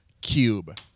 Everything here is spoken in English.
Cube